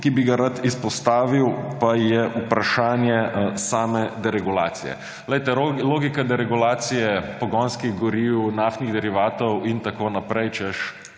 ki bi ga rad izpostavil, pa je vprašanje same deregulacije. Logika deregulacije pogonskih goriv, naftnih derivatov in takoj naprej, češ,